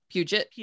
Puget